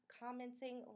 commenting